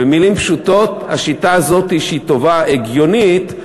במילים פשוטות: השיטה הזאת שהיא טובה, הגיונית,